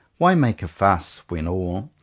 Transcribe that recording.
why make a fuss, when all,